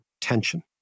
tension